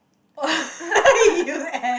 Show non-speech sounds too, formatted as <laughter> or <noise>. <laughs> you eh